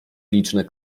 liczne